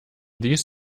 these